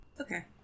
Okay